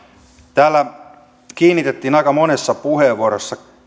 täällä kiinnitettiin aika monessa puheenvuorossa